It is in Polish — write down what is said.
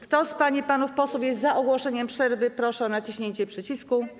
Kto z pań i panów posłów jest za ogłoszeniem przerwy, proszę o naciśnięcie przycisku.